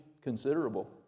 considerable